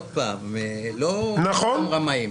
לא כולם רמאים.